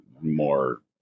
more